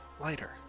lighter